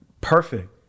perfect